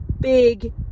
big